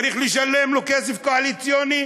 צריך לשלם לו כסף קואליציוני.